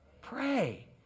Pray